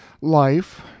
life